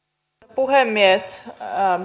puhemies